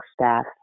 staff